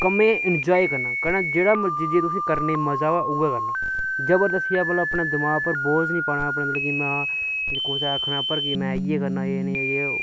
कम्मै गी इंजाय करना मतलव जेह्ड़ा जिस कम्मै गी तुसेंगी करने गी मजा आवै उ'ऐ करना जबरदस्ती अपने दिमागै उप्पर बोज नीं पाना कि कुसै दे आखने उप्पर नीं कि इ'यै करना